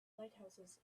lighthouses